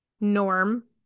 Norm